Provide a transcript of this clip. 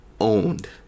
owned